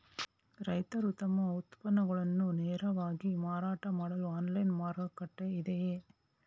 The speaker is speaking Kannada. ರೈತರು ತಮ್ಮ ಉತ್ಪನ್ನಗಳನ್ನು ನೇರವಾಗಿ ಮಾರಾಟ ಮಾಡಲು ಆನ್ಲೈನ್ ಮಾರುಕಟ್ಟೆ ಇದೆಯೇ?